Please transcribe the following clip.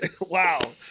Wow